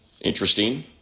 Interesting